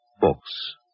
books